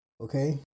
okay